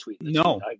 no